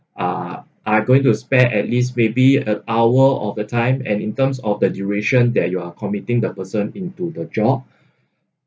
uh are going to spend at least maybe an hour of the time and in terms of the duration that you are committing the person into the job